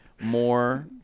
More